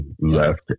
left